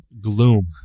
gloom